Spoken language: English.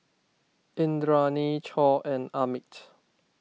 Indranee Choor and Amit